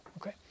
okay